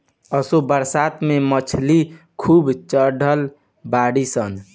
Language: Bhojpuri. असो बरसात में मछरी खूब चढ़ल बाड़ी सन